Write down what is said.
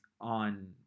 on